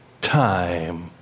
Time